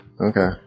Okay